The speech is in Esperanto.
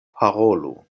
parolu